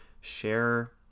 share